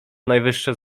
najwyższe